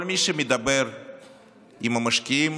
כל מי שמדבר עם המשקיעים